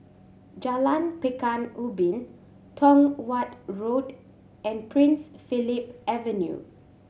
Jalan Pekan Ubin Tong Watt Road and Prince Philip Avenue